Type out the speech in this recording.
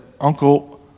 Uncle